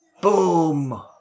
Boom